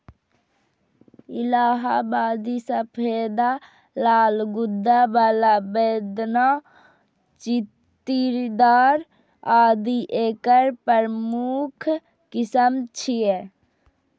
इलाहाबादी सफेदा, लाल गूद्दा बला, बेदाना, चित्तीदार आदि एकर प्रमुख किस्म छियै